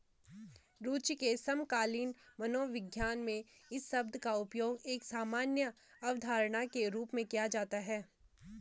रूचि के समकालीन मनोविज्ञान में इस शब्द का उपयोग एक सामान्य अवधारणा के रूप में किया जाता है